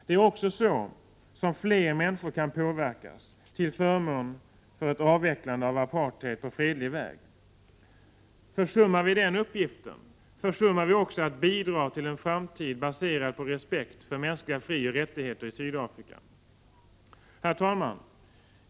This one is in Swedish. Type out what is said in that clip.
Det är också så som fler människor kan påverkas till förmån för ett avvecklande av apartheid på fredlig väg. Försummar vi den uppgiften, försummar vi också att bidra till en framtid baserad på respekt för mänskliga frioch rättigheter i Sydafrika. Herr talman!